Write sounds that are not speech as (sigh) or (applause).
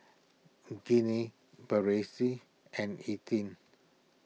Ginny Berenice and (unintelligible)